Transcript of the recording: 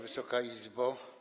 Wysoka Izbo!